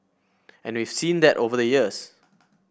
and we've seen that over the years